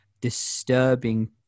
disturbing